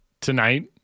tonight